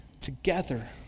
together